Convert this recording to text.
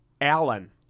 Allen